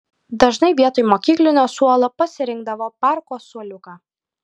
dažnai vietoj mokyklinio suolo pasirinkdavo parko suoliuką